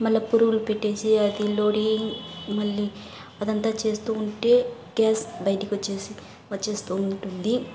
మళ్ళా పురుగులు పెట్టేసి అది లోడింగ్ మళ్లీ అదంతా చేస్తూ ఉంటే గ్యాస్ బయటకొచ్చేసి వచ్చేస్తూ ఉంటుంది